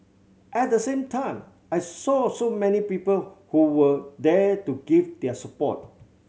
at the same time I saw so many people who were there to give their support